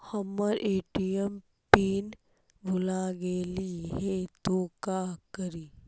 हमर ATM PIN भूला गेली हे, तो का करि?